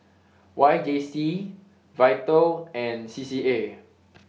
Y J C V I T A L and C C A